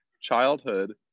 childhood